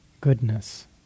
goodness